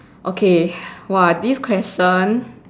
okay !wah! this question